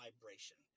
vibration